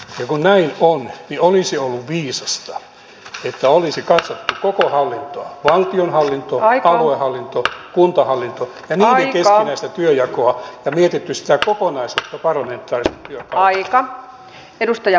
kun näin on olisi ollut viisasta että olisi katsottu koko hallintoa valtionhallintoa aluehallintoa kuntahallintoa ja sen keskinäistä työnjakoa ja mietitty sitä kokonaisuutta parlamentaarisen työn kautta